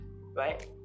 right